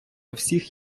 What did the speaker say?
всіх